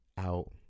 out